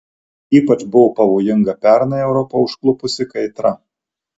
ypač buvo pavojinga pernai europą užklupusi kaitra